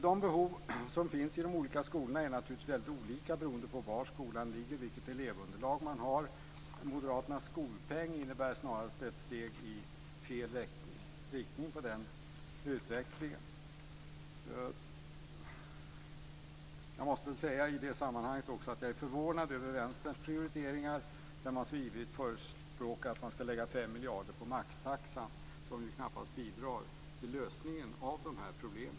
De behov som finns i de olika skolorna är naturligtvis väldigt olika beroende på var skolan ligger och på vilket elevunderlag som man har. Moderaternas skolpeng innebär snarast ett steg i fel riktning i den utvecklingen. I detta sammanhang måste jag säga att jag är förvånad över Vänsterpartiets prioriteringar, där man så ivrigt förespråkar att man ska lägga 5 miljarder kronor på maxtaxan som ju knappast bidrar till lösningen av dessa problem.